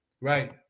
Right